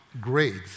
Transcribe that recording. grades